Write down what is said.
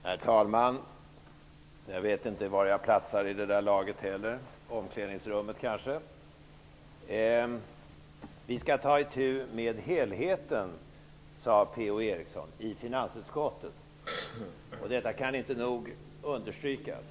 Herr talman! Jag vet inte var jag platsar i ishockeylaget, i omklädningsrummet kanske. Vi skall ta itu med helheten, sade P-O Eriksson i finansutskottet. Detta kan inte nog understrykas.